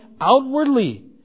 outwardly